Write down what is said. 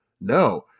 No